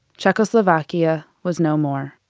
czechoslovakia was no more.